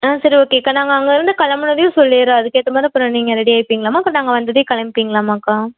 ஆ சரி ஓகேக்கா நாங்கள் அங்கே இருந்து கிளம்புனதும் சொல்லிடுறேன் அதுக்கேற்ற மாதிரி அப்புறம் நீங்கள் ரெடி ஆகிப்பிங்கலாமா நாங்கள் வந்ததே கிளம்பிங்களாமாக்கா